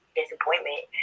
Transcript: disappointment